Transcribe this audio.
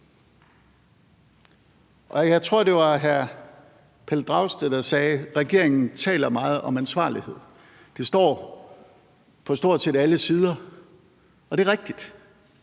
Jeg tror, det var hr. Pelle Dragsted, der sagde, at regeringen taler meget om ansvarlighed, og at det står på stort set alle sider. Det er rigtigt;